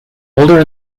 older